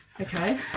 Okay